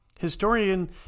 Historian